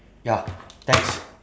ya thanks